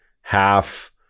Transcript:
half